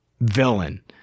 villain